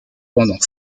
pendant